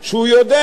שהוא יודע,